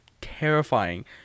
terrifying